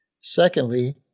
Secondly